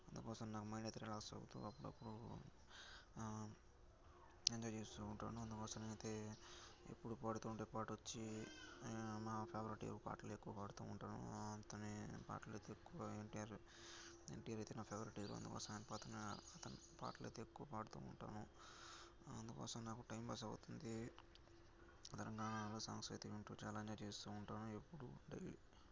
అందుకోసం నాకు మైండ్ అయితే రిలాక్స్ అవుతూ అప్పుడప్పుడు ఎంజాయ్ చేస్తూ ఉంటాను అందుకోసం నేనైతే ఎప్పుడూ పాడుతూ ఉండే పాట వచ్చి నా మా ఫేవరెట్ హీరో పాటలే ఎక్కువగా పాడుతూ ఉంటాను అతని పాటలు అయితే ఎక్కువగా ఎన్టీఆర్ ఎన్టీఆర్ అయితే నా ఫేవరెట్ హీరో అందుకోసం ఆయన అతని పాటలు అయితే ఎక్కువ పాడుతూ ఉంటాను అందుకోసమే నాకు టైంపాస్ అవుతుంది అదనంగా వేరే సాంగ్స్ అయితే వింటూ ఎంజాయ్ చేస్తూ ఉంటాను ఎప్పుడూ డైలీ